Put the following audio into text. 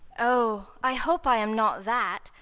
oh! i hope i am not that.